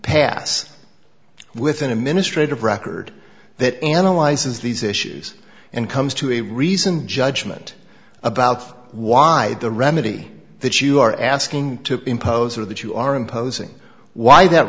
pass within a ministry of record that analyzes these issues and comes to a reason judgment about wide the remedy that you are asking to impose or that you are imposing why that